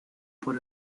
por